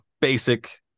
basic